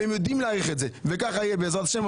והם יודעים להעריך את זה וככה יהיה בעזרת השם.